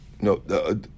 No